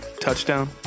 touchdown